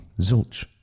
Zilch